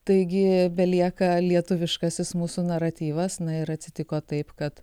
taigi belieka lietuviškasis mūsų naratyvas na ir atsitiko taip kad